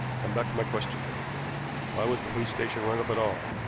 come back to my question, then why was the police station rung up at all?